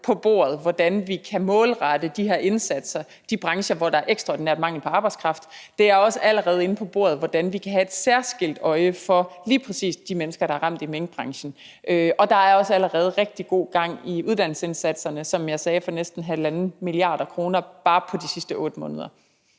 på bordet, hvordan vi kan målrette de her indsatser til de brancher, hvor der er ekstraordinær mangel på arbejdskraft. Det er også allerede på bordet, hvordan vi kan have et særskilt øje for lige præcis de mennesker, der er ramt i minkbranchen, og der er, som jeg sagde, også allerede rigtig god gang i uddannelsesindsatserne for næsten 1,5 mia. kr. bare på de sidste 8 måneder.